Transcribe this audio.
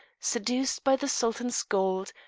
seduced by the sultan's gold,